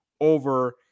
over